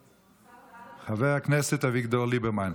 חבר הכנסת אביגדור ליברמן.